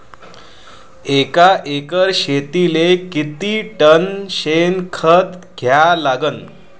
एका एकर शेतीले किती टन शेन खत द्या लागन?